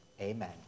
Amen